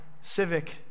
civic